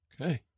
Okay